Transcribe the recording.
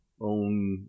own